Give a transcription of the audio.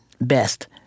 best